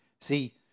See